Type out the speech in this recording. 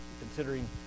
considering